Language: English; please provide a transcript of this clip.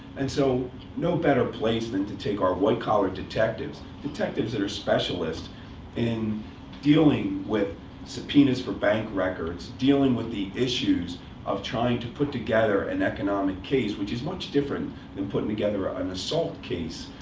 and so no better place than to take our white collar detectives detectives that are specialists in dealing with subpoenas for bank records, dealing with the issues of trying to put together an economic case, which is much different than putting together an assault case.